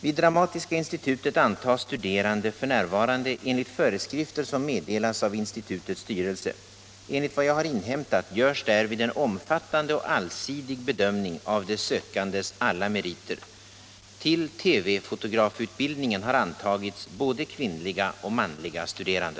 Vid Dramatiska institutet antas studerande f. n. enligt föreskrifter som meddelas av institutets styrelse. Enligt vad jag har inhämtat görs därvid en omfattande och allsidig bedömning av de sökandes alla meriter. Till TV-fotografutbildningen har antagits både kvinnliga och manliga studerande.